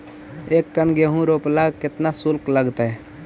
एक टन गेहूं रोपेला केतना शुल्क लगतई?